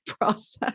process